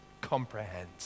comprehend